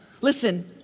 listen